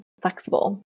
flexible